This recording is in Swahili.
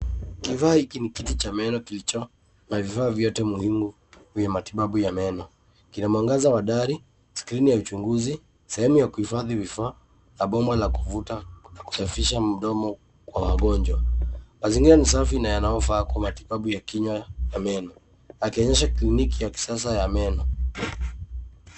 Kifaa hiki ni kiti cha meno kilicho na vifaa vyote muhimu vya matibabu ya meno. Kina mwangaza wa dari, skrini ya uchunguzi, sehemu ya kuhifadhi vifaa na bomba la kuvuta na kusafisha mdomo kwa wagonjwa. Mazingira ni safi na yanayofaa kwa matibabu ya kinywa na meno. Yakionyesha kliniki ya kisasa ya meno.